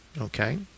okay